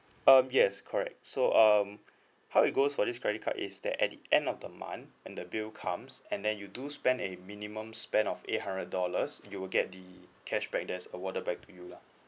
um yes correct so um how it goes for this credit card is that at the end of the month and the bill comes and then you do spend a minimum spend of eight hundred dollars you will get the cashback that's awarded back to you lah